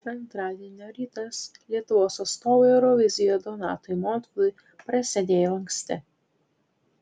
antradienio rytas lietuvos atstovui eurovizijoje donatui montvydui prasidėjo anksti